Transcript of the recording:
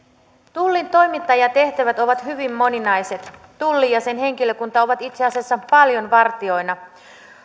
tullin tehtävät ovat hyvin moninaiset tulli ja sen henkilökunta ovat itse asiassa paljon vartijoina